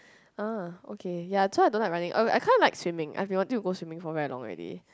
ah okay ya so I don't like running uh I kinda like swimming I've been wanting to go swimming for very long already